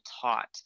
taught